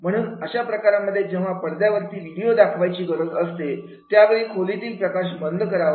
म्हणून अशा प्रकारांमध्ये जेव्हा पडद्यावरती व्हिडीओ दाखवायची गरज असते त्यावेळी खोलीतील प्रकाश मंद करावा